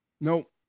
No